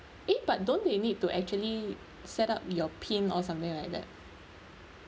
eh but don't they need to actually set up your pin or something like that